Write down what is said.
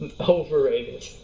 Overrated